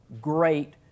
great